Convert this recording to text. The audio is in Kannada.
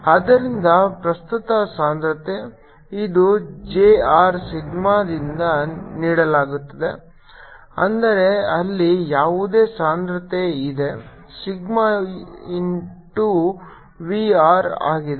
ಆದ್ದರಿಂದ ಪ್ರಸ್ತುತ ಸಾಂದ್ರತೆ ಇದು j r ಸಿಗ್ಮಾದಿಂದ ನೀಡಲಾಗುತ್ತದೆ ಅಂದರೆ ಅಲ್ಲಿ ಯಾವುದೇ ಸಾಂದ್ರತೆ ಇದೆ ಸಿಗ್ಮಾ ಇಂಟು V r ಆಗಿದೆ